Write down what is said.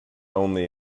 only